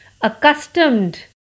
Accustomed